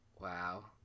Wow